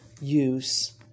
use